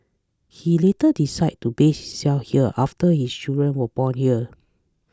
he later decided to base himself here after his children were born here